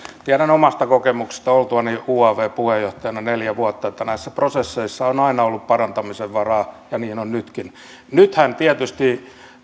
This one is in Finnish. tiedän omasta kokemuksestani oltuani uavn puheenjohtajana neljä vuotta että näissä prosesseissa on aina ollut parantamisen varaa ja niin on nytkin nythän tietysti